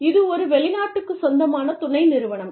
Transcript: இது ஒரு வெளிநாட்டுக்குச் சொந்தமான துணை நிறுவனம்